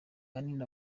ahanini